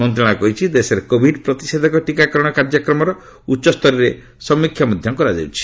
ମନ୍ତ୍ରଣାଳୟ କହିଛି ଦେଶରେ କୋଭିଡ୍ ପ୍ରତିଷେଧକ ଟିକାକରଣ କାର୍ଯ୍ୟକ୍ରମର ଉଚ୍ଚସ୍ତରରେ ସମୀକ୍ଷା କରାଯାଇଛି